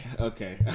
okay